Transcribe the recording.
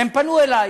והם פנו אלי.